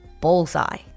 bullseye